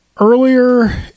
Earlier